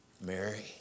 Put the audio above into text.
Mary